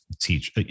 teach